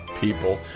people